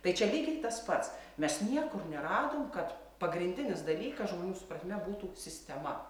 tai čia lygiai tas pats mes niekur neradom kad pagrindinis dalykas žmonių supratime būtų sistema